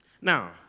Now